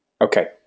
okay